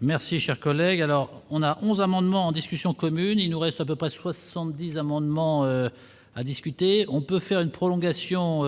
Merci, cher collègue, alors on a 11 amendements en discussion commune, il nous reste à peu près 70 amendements à discuter, on peut faire une prolongation